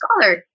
scholar